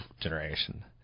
generation